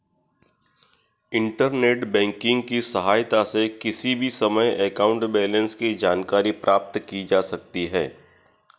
internet banking की सहायता से किसी भी समय अकाउंट बैलेंस की जानकारी प्राप्त की जा सकती है